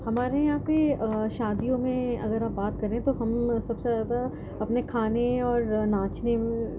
ہمارے یہاں پہ شادیوں میں اگر آپ بات کریں تو ہم سب سے زیادہ اپنے کھانے اور ناچنے